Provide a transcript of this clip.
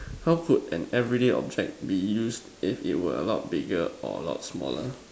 how could an everyday object be used if it were a lot bigger or a lot smaller